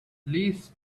least